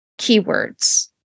keywords